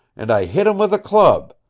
and i hit him with a club.